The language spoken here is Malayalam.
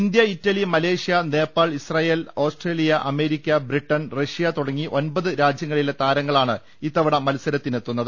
ഇന്തൃ Italy Malaysia Nepal Israel Australia America Britain Russia തുടങ്ങി ഒൻപത് രാജൃങ്ങളിലെ താരങ്ങളാണ് ഇത്തവണ മത്സരത്തി നെത്തുന്നത്